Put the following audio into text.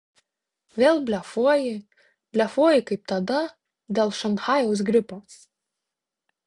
vėl blefuoji blefuoji kaip tada dėl šanchajaus gripo